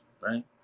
right